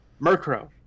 Murkrow